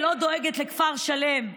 ולא דואגת לכפר שלם.